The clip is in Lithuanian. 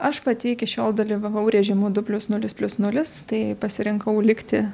aš pati iki šiol dalyvavau režimu du plius nulis plius nulis tai pasirinkau likti